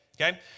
okay